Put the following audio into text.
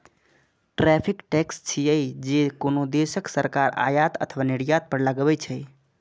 tariff tax छियै, जे कोनो देशक सरकार आयात अथवा निर्यात पर लगबै छै